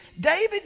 David